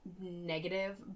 negative